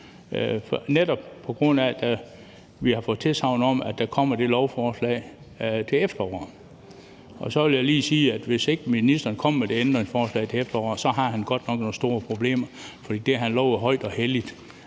netop på grund af at vi har fået et tilsagn om, at der kommer det lovforslag til efteråret. Så vil jeg lige sige, at ministeren, hvis ikke han kommer med det ændringsforslag til efteråret, godt nok har nogle store problemer, fordi han højt og helligt